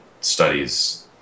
studies